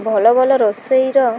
ଭଲ ଭଲ ରୋଷେଇର